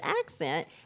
accent